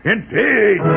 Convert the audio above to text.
Indeed